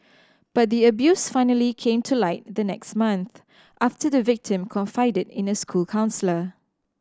but the abuse finally came to light the next month after the victim confided in a school counsellor